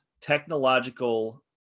technological